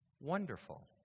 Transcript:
wonderful